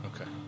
Okay